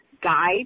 guide